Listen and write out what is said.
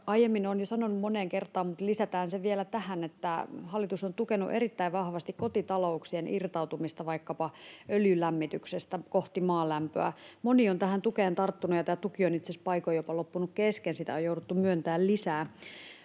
Aiemmin olen jo sanonut moneen kertaan, mutta lisätään se vielä tähän, että hallitus on tukenut erittäin vahvasti kotitalouksien irtautumista vaikkapa öljylämmityksestä kohti maalämpöä. Moni on tähän tukeen tarttunut, ja tämä tuki on itse asiassa paikoin jopa loppunut kesken ja sitä on jouduttu myöntämään lisää.